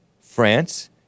France